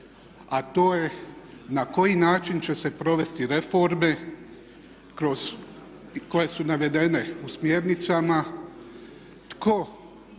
a to je na koji način će se provesti reforme kroz, koje su navedene u smjernicama, tko